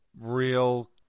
real